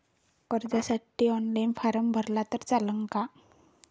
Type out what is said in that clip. कर्जसाठी online form भरला तर चालन का?